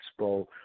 expo